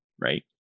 right